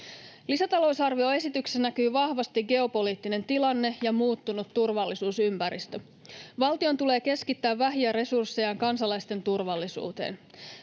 Lisätalousarvioesityksessä näkyy vahvasti geopoliittinen tilanne ja muuttunut turvallisuusympäristö. Valtion tulee keskittää vähiä resurssejaan kansalaisten turvallisuuteen.